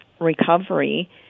recovery